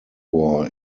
war